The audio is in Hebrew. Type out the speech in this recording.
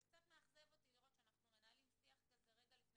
זה מאכזב אותי לראות שאנחנו מנהלים שיח כזה רגע לפני